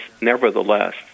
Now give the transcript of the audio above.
nevertheless